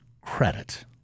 credit